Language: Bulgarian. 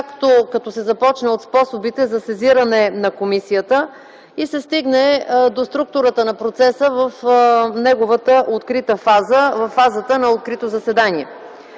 като се започне от способите за сезиране на комисията и се стигне до структурата на процеса в неговата открита фаза – открито заседание.